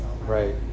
Right